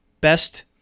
best